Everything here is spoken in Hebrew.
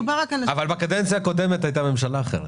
אבל בקדנציה הקודמת הייתה ממשלה אחרת.